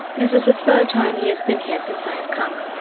this is the third time he has been here since i have come,